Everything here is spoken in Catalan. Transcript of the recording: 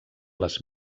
les